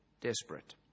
desperate